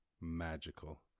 magical